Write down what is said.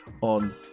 on